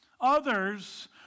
Others